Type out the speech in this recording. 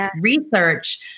research